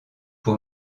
pour